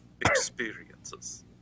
experiences